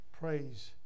praise